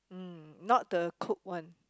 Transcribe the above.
mm not the cook one